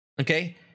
Okay